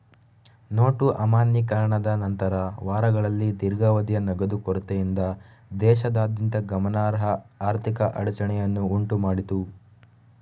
note ಅಮಾನ್ಯೀಕರಣದ ನಂತರದ ವಾರಗಳಲ್ಲಿ ದೀರ್ಘಾವಧಿಯ ನಗದು ಕೊರತೆಯಿಂದ ದೇಶದಾದ್ಯಂತ ಗಮನಾರ್ಹ ಆರ್ಥಿಕ ಅಡಚಣೆಯನ್ನು ಉಂಟು ಮಾಡಿತು